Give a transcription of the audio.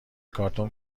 کارتون